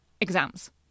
exams